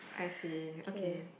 I see okay